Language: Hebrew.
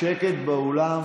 שקט באולם.